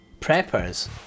Preppers